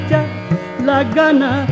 Lagana